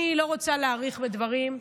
אני לא רוצה להאריך בדברים.